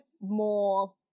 more